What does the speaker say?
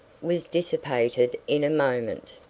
was dissipated in a moment.